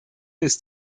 ist